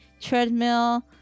treadmill